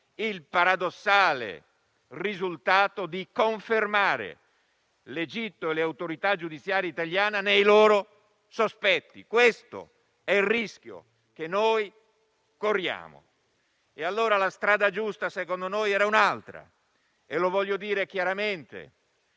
il paradossale risultato di confermare l'Egitto e l'autorità giudiziaria egiziana nei loro sospetti. Questo è il rischio che corriamo. La strada giusta - a nostro parere - era un'altra e lo voglio dire chiaramente: